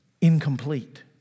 incomplete